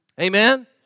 amen